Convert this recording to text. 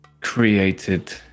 created